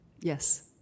Yes